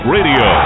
Radio